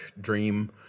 dream